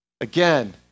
Again